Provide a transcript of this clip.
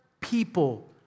people